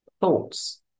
thoughts